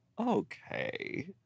Okay